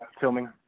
filming